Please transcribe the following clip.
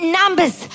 numbers